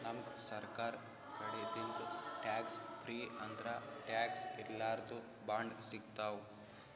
ನಮ್ಗ್ ಸರ್ಕಾರ್ ಕಡಿದಿಂದ್ ಟ್ಯಾಕ್ಸ್ ಫ್ರೀ ಅಂದ್ರ ಟ್ಯಾಕ್ಸ್ ಇರ್ಲಾರ್ದು ಬಾಂಡ್ ಸಿಗ್ತಾವ್